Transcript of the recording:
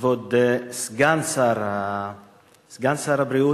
כבוד סגן שר הבריאות,